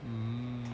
mmhmm